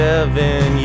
seven